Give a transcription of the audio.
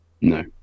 No